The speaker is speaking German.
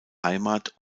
heimat